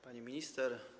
Pani Minister!